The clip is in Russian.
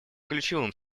ключевым